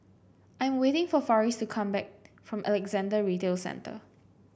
I'm waiting for Farris to come back from Alexandra Retail Centre